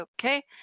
okay